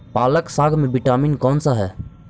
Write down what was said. पालक साग में विटामिन कौन सा है?